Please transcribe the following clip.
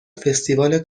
فستیوال